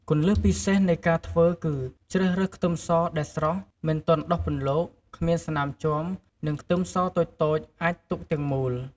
គន្លឹះពិសេសនៃការធ្វើគឺ ជ្រើសរើសខ្ទឹមសដែលស្រស់ មិនទាន់ដុះពន្លក គ្មានស្នាមជាំ និងខ្ទឹមសតូចៗអាចទុកទាំងមូល។